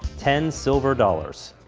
ten silver dollars.